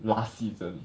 last season